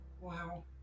Wow